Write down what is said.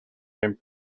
and